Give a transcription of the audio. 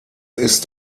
ist